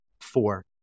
Four